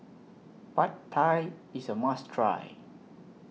Pad Thai IS A must Try